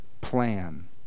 plan